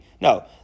No